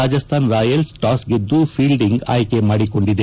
Rajasthan Royals toss ಗೆದ್ದು fielding ಆಯ್ಕೆ ಮಾಡಿಕೊಂಡಿದೆ